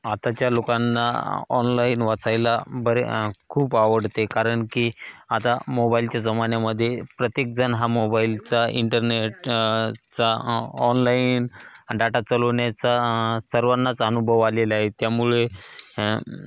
आताच्या लोकांना ऑनलाईन वाचायला बरे खूप आवडते कारण की आता मोबाईलच्या जमान्यामध्ये प्रत्येकजन हा मोबाईलचा इंटरनेट चा ऑनलाईन डाटा चलवण्याचा सर्वांनाच अनुभव आलेला आहे त्यामुळे